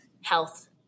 health